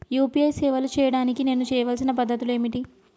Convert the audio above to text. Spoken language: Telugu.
యూ.పీ.ఐ సేవలు చేయడానికి నేను చేయవలసిన పద్ధతులు ఏమిటి?